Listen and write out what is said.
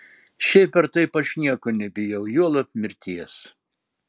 šiaip ar taip aš nieko nebijau juolab mirties